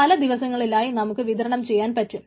പല ദിവസങ്ങളിലായി നമുക്ക് വിതരണം ചെയ്യാൻ പറ്റും